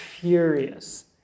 furious